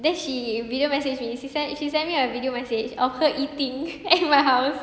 then she video message me she send she send me a video message of her eating at my house